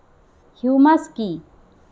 Humus কি?